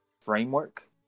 framework